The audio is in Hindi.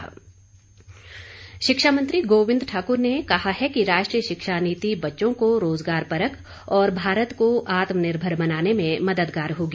गोविंद ठाक्र शिक्षा मंत्री गोविंद ठाकुर ने कहा है कि राष्ट्रीय शिक्षा नीति बच्चों को रोजगार परक और भारत का आत्मनिर्भर बनाने में मददगार होगी